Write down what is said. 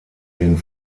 den